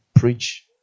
preach